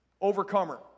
Overcomer